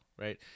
right